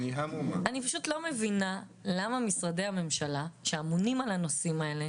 אני פשוט לא מבינה למה משרדי הממשלה שאמונים על הנושאים האלה